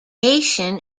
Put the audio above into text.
these